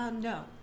No